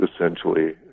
essentially